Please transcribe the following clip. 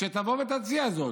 שתבוא ותציע זאת.